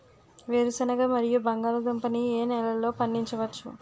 వేరుసెనగ మరియు బంగాళదుంప ని ఏ నెలలో పండించ వచ్చు?